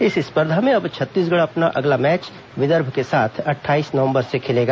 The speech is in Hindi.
इस स्पर्धा में अब छत्तीसगढ़ अपना अगला मैच विदर्भ के साथ अट्ठाईस नवंबर से खेलेगा